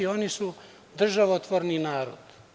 Oni su državotvorni narod.